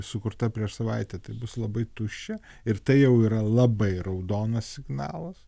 sukurta prieš savaitę tai bus labai tuščia ir tai jau yra labai raudonas signalas